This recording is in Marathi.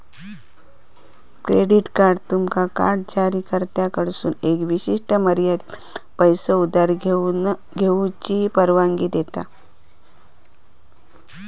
क्रेडिट कार्ड तुमका कार्ड जारीकर्त्याकडसून एका विशिष्ट मर्यादेपर्यंत पैसो उधार घेऊची परवानगी देता